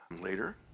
later